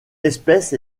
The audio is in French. espèce